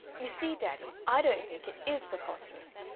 you see, daddy, i don't think it is preposterous.